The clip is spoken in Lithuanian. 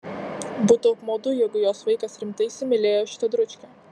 būtų apmaudu jeigu jos vaikas rimtai įsimylėjo šitą dručkę